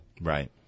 Right